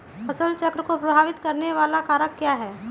फसल चक्र को प्रभावित करने वाले कारक क्या है?